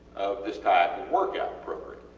this type of workout program.